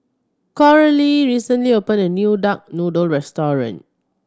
Coralie recently opened a new duck noodle restaurant